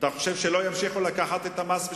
אני חושב שזה באמת שינוי